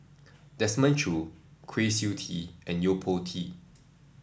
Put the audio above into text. Desmond Choo Kwa Siew Tee and Yo Po Tee